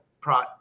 pro